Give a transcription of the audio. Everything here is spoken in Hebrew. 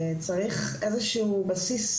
צריך איזשהו בסיס,